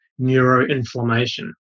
neuroinflammation